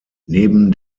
neben